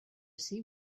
see